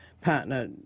partner